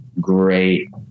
great